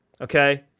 Okay